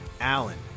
Allen